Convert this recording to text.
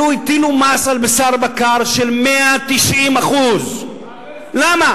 הטילו על בשר בקר מס של 190%. למה?